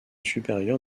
supérieur